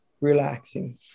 relaxing